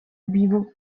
vivu